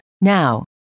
Now